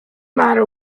matter